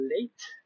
late